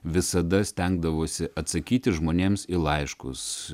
visada stengdavosi atsakyti žmonėms į laiškus